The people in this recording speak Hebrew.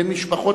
בין משפחות,